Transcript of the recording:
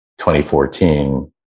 2014